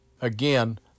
Again